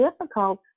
difficult